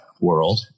world